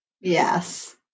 Yes